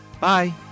Bye